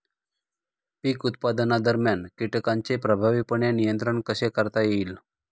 पीक उत्पादनादरम्यान कीटकांचे प्रभावीपणे नियंत्रण कसे करता येईल?